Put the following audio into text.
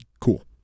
cool